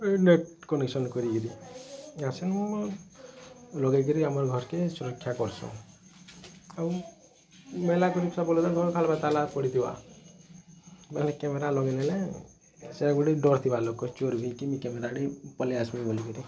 net connection କରି କିରି ଆସିନୁ ଲଗେଇକରି ଆମର୍ ଘରକେ ସୁରକ୍ଷା କର୍ସୁଁ ଆଉ ମେଲା କର୍କି ଘରକେ ତାଲା ପଡ଼ିଥିବା ବୋଲେ କ୍ୟାମେରା ଲଗେଇଦେଲେ ଗୋଟେ ଡର୍ ଥିବା ଲୋକର୍ ଚୋର୍ର କ୍ୟାମେରାଟେ ପଲେଇ ଆସବେ ବୋଲି କରି